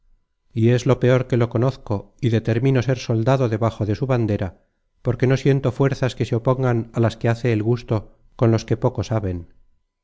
y es lo peor que lo conozco y determino ser soldado debajo de su bandera porque no siento fuerzas que se opongan á las que hace el gusto con los que poco saben